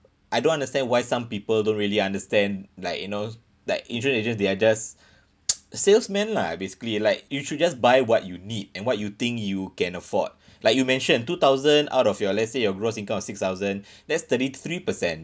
I don't understand why some people don't really understand like you know like insurance agent they are just salesman lah basically like you should just buy what you need and what you think you can afford like you mention two thousand out of your let's say your gross income of six thousand that's thirty three percent